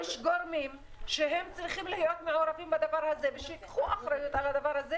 יש גורמים שצריכים להיות מעורבים בדבר הזה וייקחו אחריות על הדבר הזה